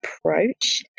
approach